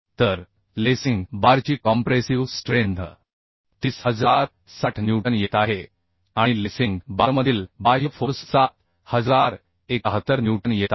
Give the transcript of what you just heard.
तर लेसिंग बारची compressive strength 30060 newton येत आहे आणि लेसिंग बारमधील बाह्य फोर्स 7071 न्यूटन येत आहे